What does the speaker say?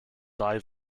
die